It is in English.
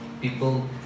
people